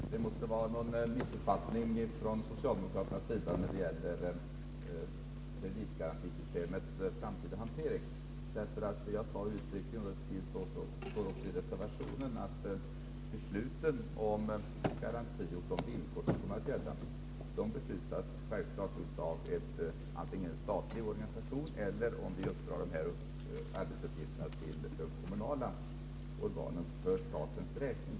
Fru talman! Det måste vara fråga om en missuppfattning från socialdemokraternas sida när det gäller kreditgarantisystemets framtida hantering. Jag framhöll uttryckligen, också i reservationen, att besluten om garanti resp. de villkor som kommer att gälla självfallet fattas antingen av en statlig organisation eller — om arbetsuppgifterna uppdras åt kommunala organ — av dessa för statens räkning.